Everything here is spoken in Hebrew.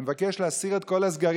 אני מבקש להסיר את כל הסגרים.